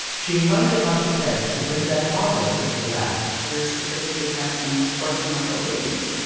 she invited a bunch of parents to bring their toddlers into the lab we were specifically testing fourteen month old babies.